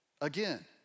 again